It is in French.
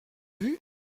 vue